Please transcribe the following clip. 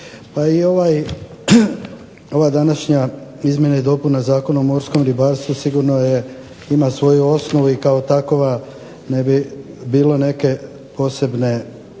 Pa i ova današnja, izmjene i dopune Zakona o morskom ribarstvu sigurno ima svoju osnovu i kao takova ne bi bilo neke posebne